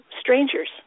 strangers